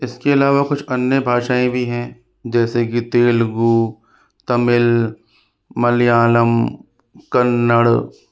इसके अलावा कुछ अन्य भाषाएँ भी हैं जैसे कि तेलुगू तमिल मलयालम कन्नड़